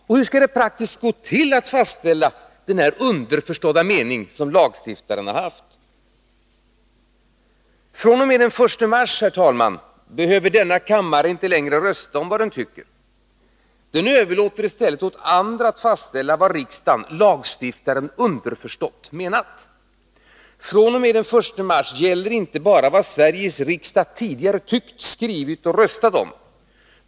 Och hur skall det praktiskt gå till att fastställa denna underförstådda mening som lagstiftaren haft? Från den 1 mars, herr talman, behöver denna kammare inte längre rösta om vad den tycker. Den överlåter i stället åt andra att fastställa vad riksdagen, lagstiftaren, underförstått menat. fr.o.m. den 1 mars gäller inte bara vad Sveriges riksdag tyckt, skrivit och röstat om.